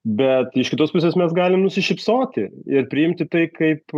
bet iš kitos pusės mes galim nusišypsoti ir priimti tai kaip